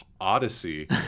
odyssey